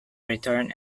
return